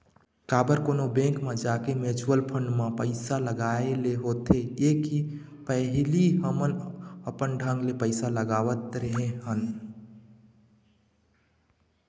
काबर कोनो बेंक म जाके म्युचुअल फंड म पइसा लगाय ले होथे ये के पहिली हमन अपन ढंग ले पइसा लगावत रेहे हन